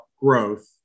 growth